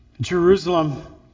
Jerusalem